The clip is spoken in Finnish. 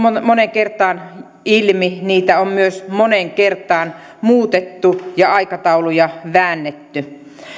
moneen kertaan ilmi niitä on myös moneen kertaan muutettu ja aikatauluja väännetty